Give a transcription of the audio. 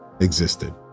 existed